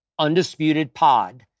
UndisputedPod